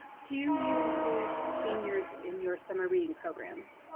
do you include seniors in your summer reading programs?